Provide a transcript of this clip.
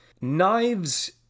Knives